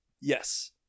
Yes